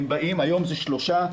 היום זה שלושה,